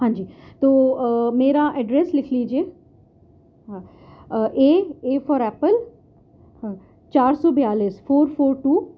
ہاں جی تو میرا ایڈریس لکھ لیجیے ہاں اے اے فار ایپل ہاں چار سو بیالیس فور فور ٹو